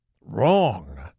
wrong